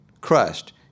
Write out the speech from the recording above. crushed